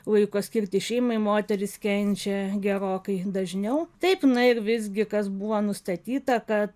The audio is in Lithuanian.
laiko skirti šeimai moterys kenčia gerokai dažniau taip na ir visgi kas buvo nustatyta kad